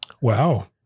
Wow